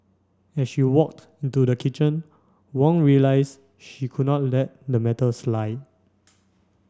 as she walked into the kitchen Wong realised she could not let the matter slide